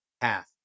half